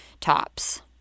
tops